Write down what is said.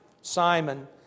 Simon